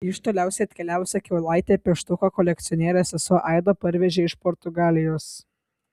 iš toliausiai atkeliavusią kiaulaitę pieštuką kolekcionierės sesuo aida parvežė iš portugalijos